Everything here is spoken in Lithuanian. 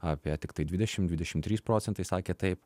apie tiktai dvidešim dvidešim trys procentai sakė taip